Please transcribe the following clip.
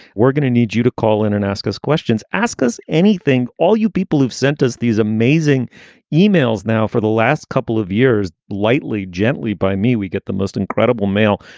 we're going to need you to call in and ask us questions, ask us anything. all you people who've sent us these amazing yeah e-mails now for the last couple of years, lightly, gently by me, we get the most incredible mail.